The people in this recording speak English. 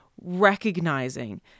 recognizing